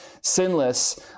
sinless